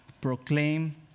proclaim